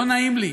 לא נעים לי.